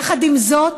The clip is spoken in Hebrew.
יחד עם זאת,